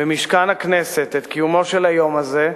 במשכן הכנסת, את קיומו של היום הזה,